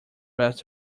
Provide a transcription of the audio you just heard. best